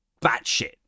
batshit